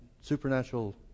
supernatural